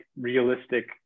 realistic